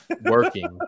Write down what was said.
working